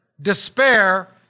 despair